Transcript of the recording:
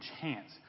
chance